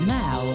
now